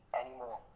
anymore